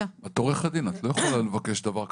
את עורכת דין, את לא יכולה לבקש דבר הזה.